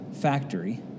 factory